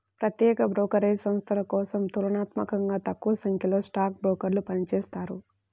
ప్రత్యేక బ్రోకరేజ్ సంస్థల కోసం తులనాత్మకంగా తక్కువసంఖ్యలో స్టాక్ బ్రోకర్లు పనిచేత్తారు